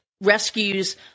rescues